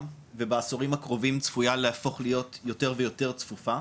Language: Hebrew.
ובעשורים הקרובים צפויה להפוך להיות יותר ויותר צפופה.